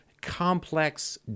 complex